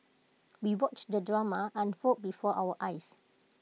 we watched the drama unfold before our eyes